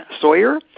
Sawyer